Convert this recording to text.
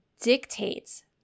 dictates